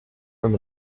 from